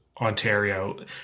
Ontario